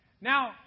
Now